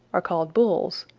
are called bulls.